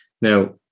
Now